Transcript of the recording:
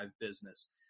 business